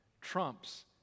trumps